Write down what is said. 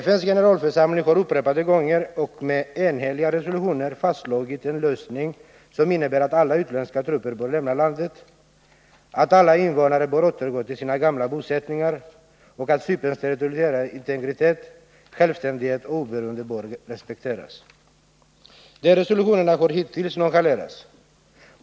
FN:s generalförsamling har upprepade gånger och med enhälliga resolutioner fastslagit en lösning som innebär att alla utländska trupper bör lämna landet, att alla invånare bör återgå till sina gamla bosättningar och att Cyperns territoriella integritet, självständighet och oberoende bör respekteras. De resolutionerna har hittills nonchalerats.